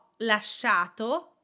lasciato